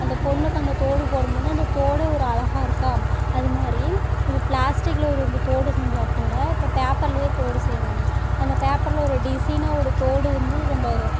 அந்த பொண்ணுக்கு அந்த தோடு போடும் போது அந்த தோடே ஒரு அழகா இருக்கா அது மாதிரி இப்போ பிளாஸ்டிக்கில் ஒரு இந்த தோடு செஞ்சால் கூட இப்போ பேப்பர்லேயே தோடு செய்கிறாங்க அந்த பேப்பரில் ஒரு டிசைன்னாக ஒரு தோடு வந்து நம்ம